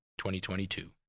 2022